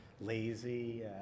lazy